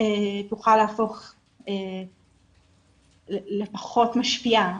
תוכל להפוך לפחות משפיעה,